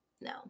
No